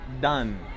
done